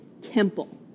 temple